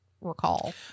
recall